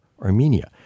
Armenia